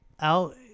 out